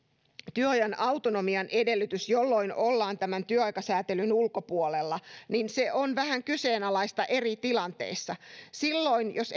työajan autonomian edellytys jolloin ollaan tämän työaikasäätelyn ulkopuolella niin se on vähän kyseenalaista eri tilanteissa silloin jos